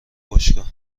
باشگاه